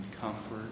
comfort